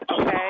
Okay